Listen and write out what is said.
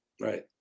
Right